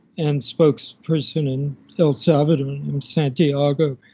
and spokesperson in el salvador named santiago,